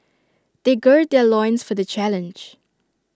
they gird their loins for the challenge